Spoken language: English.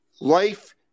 life